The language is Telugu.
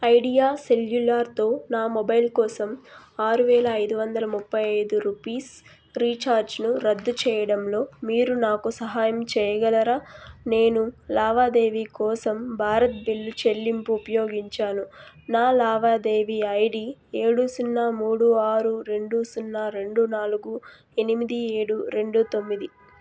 ఐడియా సెల్యులార్తో నా మొబైల్ కోసం ఆరువేల ఐదు వందల ముప్పై ఐదు రుపీస్ రీఛార్జ్ను రద్దు చెయ్యడంలో మీరు నాకు సహాయం చెయ్యగలరా నేను లావాదేవీ కోసం భారత్ బిల్లు చెల్లింపు ఉపయోగించాను నా లావాదేవీ ఐడి ఏడు సున్నా మూడు ఆరు రెండు సున్నా రెండు నాలుగు ఎనిమిది ఏడు రెండు తొమ్మిది